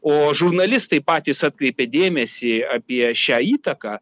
o žurnalistai patys atkreipė dėmesį apie šią įtaką